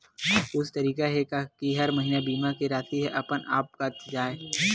कुछु तरीका हे का कि हर महीना बीमा के राशि हा अपन आप कत जाय?